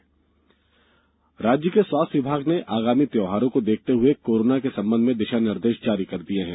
त्यौहार दिशानिर्देश राज्य के स्वास्थ्य विभाग ने आगामी त्यौहारों को देखते हए कोरोना के संबंध में दिशा निर्देश जारी कर दिये हैं